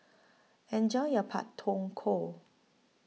Enjoy your Pak Thong Ko